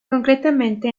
concretamente